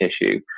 issue